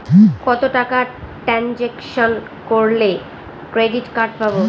কত টাকা ট্রানজেকশন করলে ক্রেডিট কার্ড পাবো?